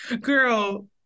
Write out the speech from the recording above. Girl